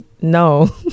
No